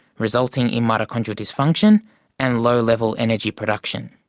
resulting in mitochondrial dysfunction and low-level energy production.